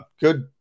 Good